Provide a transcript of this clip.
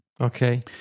Okay